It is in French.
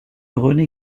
renée